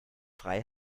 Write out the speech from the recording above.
frei